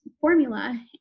formula